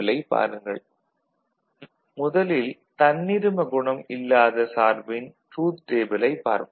A FAB FDAB முதலில் தன்னிரும குணம் இல்லாத சார்பின் ட்ரூத் டேபிளைப் பார்ப்போம்